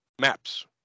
maps